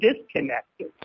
disconnected